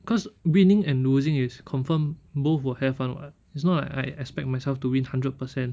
cause winning and losing is confirm both will have [one] [what] it's not like I expect myself to win hundred percent